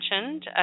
mentioned